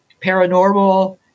paranormal